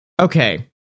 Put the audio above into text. Okay